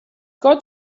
got